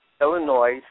Illinois